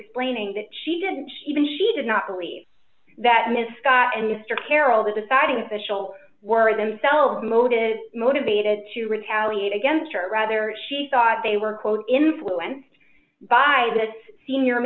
explaining that she didn't even she did not believe that ms scott and mr carroll the deciding fishel were themselves moated motivated to retaliate against her rather she thought they were quote influenced by that senior